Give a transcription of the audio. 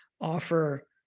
offer